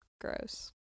gross